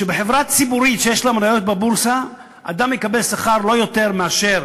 שבחברה ציבורית שיש לה מניות בבורסה אדם יקבל שכר לא יותר מאשר